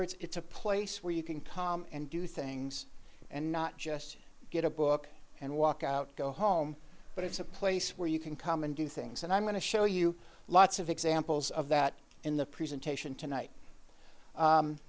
it's a place where you can come and do things and not just get a book and walk out go home but it's a place where you can come and do things and i'm going to show you lots of examples of that in the presentation tonight